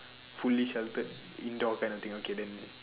fully sheltered indoor kind of thing okay then